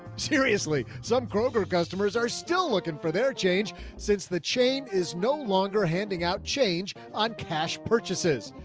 seriously, some kroger customers are still looking for their change since the chain is no longer handing out change on cash purchases.